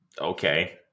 Okay